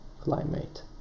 climate